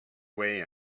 way